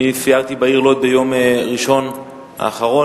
אני סיירתי בעיר לוד ביום ראשון האחרון.